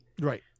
Right